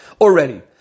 already